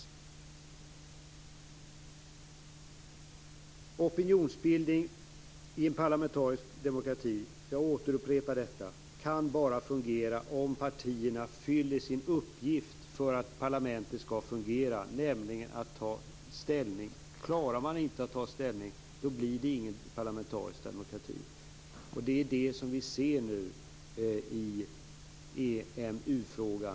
Jag upprepar att opinionsbildning i en parlamentarisk demokrati bara kan fungera om partierna fyller sin uppgift för att parlamentet skall fungera, nämligen genom att ta ställning. Klarar man inte att ta ställning blir det ingen parlamentarisk demokrati. Det är det som vi nu ser i EMU-frågan.